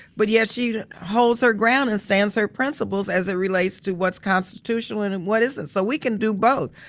but yet she holds her ground and stands her principles as it relates to what's constitutional and and what isn't. so we can do both.